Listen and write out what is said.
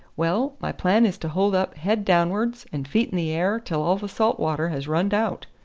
well, my plan is to hold up head down'ards and feet in the air till all the salt-water has runned out.